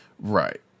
Right